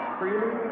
freely